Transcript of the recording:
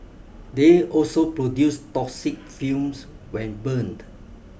they also produce toxic fumes when burned